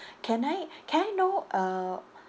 can I can I know uh